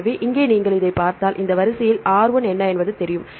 எனவே இங்கே நீங்கள் இதைப் பார்த்தால் இந்த வரிசையில் R1 என்ன என்பது தெரியும்